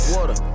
Water